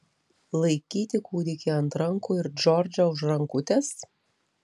laikyti kūdikį ant rankų ir džordžą už rankutės